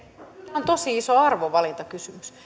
on tosi iso arvovalintakysymys